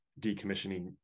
decommissioning